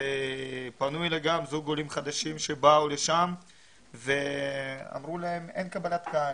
פנה אלי זוג עולים חדשים שבאו לשם ואמרו להם שאין קבלת קהל.